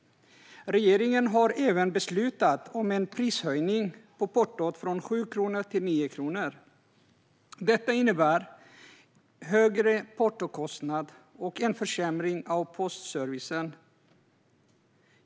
Regeringen har även beslutat om en prishöjning på portot från 7 kronor till 9 kronor. Detta innebär högre portokostnad och en försämring av postservicen.